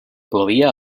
plovia